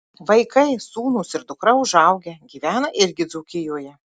vaikai sūnus ir dukra užaugę gyvena irgi dzūkijoje